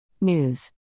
News